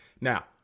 now